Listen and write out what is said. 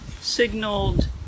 signaled